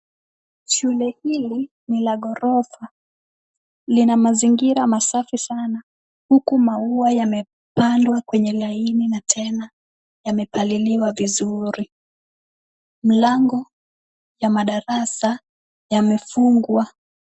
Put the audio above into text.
Shule hii ni la ghorofa. Lina mazingira masafi sana, huku maua yamepandwa kwenye laini na tena yamepaliliwa vizuri. Mlango ya madarasa yamefungwa.